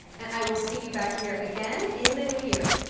and i will see you back here again in the new year.